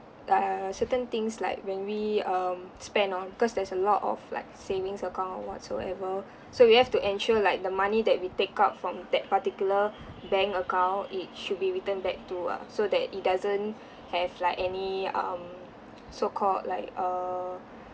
like err certain things like when we um spend on because there's a lot of like savings account or whatsoever so we have to ensure like the money that we take out from that particular bank account it should be returned back too ah so that it doesn't have like any um so called like err